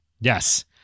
Yes